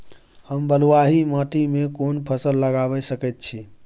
हम बलुआही माटी में कोन फसल लगाबै सकेत छी?